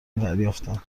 دریافتم